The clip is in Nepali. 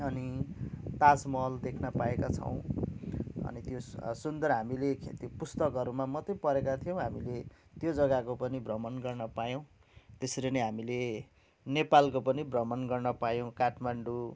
अनि ताज महल देख्न पाएका छौँ अनि त्यो सुन्दर हामीले पुस्तकहरूमा मात्रै पढेका थियौँ हामीले त्यो जग्गाको पनि हामीले भ्रमण गर्न पायौँ त्यसरी नै हामीले नेपालको पनि भ्रमण गर्न पायौँ काठमाडौँ